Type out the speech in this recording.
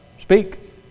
Speak